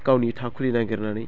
गावनि थाखुलि नागिरनानै